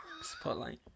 spotlight